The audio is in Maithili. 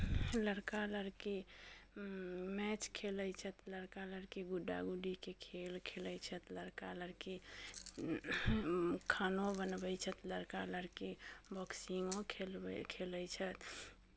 लड़का लड़की मैच खेलैत छथि लड़का लड़की गुड्डा गुड्डीके खेल खेलैत छथि लड़का लड़की खानो बनबैत छथि लड़का लड़की बॉक्सिंगो खेलबैत खेलैत छथि